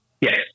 Yes